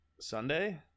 Sunday